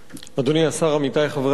תודה רבה, אדוני השר, עמיתי חברי הכנסת,